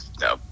no